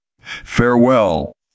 Farewell